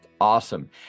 Awesome